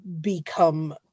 become